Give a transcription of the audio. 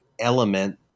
element